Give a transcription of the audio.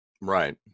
Right